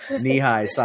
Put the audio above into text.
knee-high